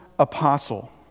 apostle